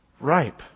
ripe